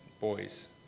boys